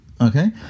Okay